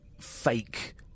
fake